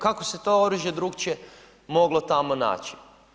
Kako se to oružje drukčije moglo tamo naći.